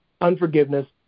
unforgiveness